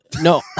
No